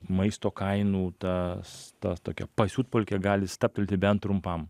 maisto kainų tas ta tokia pasiutpolkė gali stabtelti bent trumpam